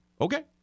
Okay